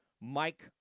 Mike